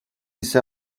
ise